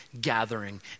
gathering